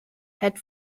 had